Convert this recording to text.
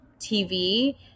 TV